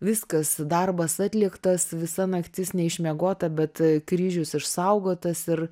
viskas darbas atliktas visa naktis ne išmiegota bet kryžius išsaugotas ir